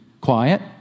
quiet